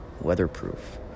weatherproof